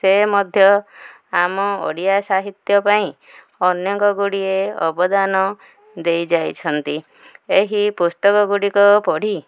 ସେ ମଧ୍ୟ ଆମ ଓଡ଼ିଆ ସାହିତ୍ୟ ପାଇଁ ଅନେକ ଗୁଡ଼ିଏ ଅବଦାନ ଦେଇ ଯାଇଛନ୍ତି ଏହି ପୁସ୍ତକ ଗୁଡ଼ିକ ପଢ଼ି